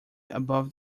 above